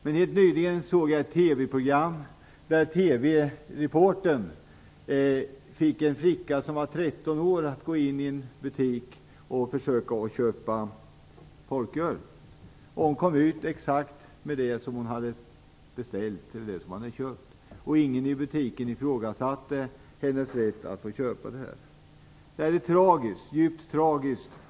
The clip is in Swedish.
Men helt nyligen såg jag ett TV år att gå in i en butik och försöka köpa folköl. Hon kom ut med exakt det hon hade beställt. Ingen i butiken ifrågasatte hennes rätt att få köpa. Detta är djupt tragiskt.